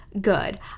good